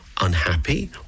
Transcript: Unhappy